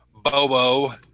Bobo